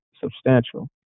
substantial